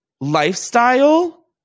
lifestyle